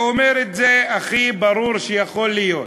ואומר את זה הכי ברור שיכול להיות: